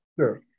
Sure